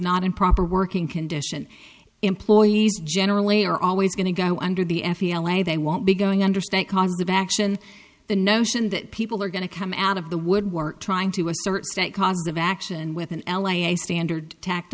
not in proper working condition employees generally are always going to go under the f e l a they won't be going understand cause of action the notion that people are going to come out of the woodwork trying to assert that cause of action within l a a standard tacked